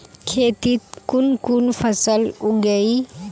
खेतीत कुन कुन फसल उगेई?